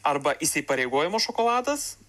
arba įsipareigojimo šokoladas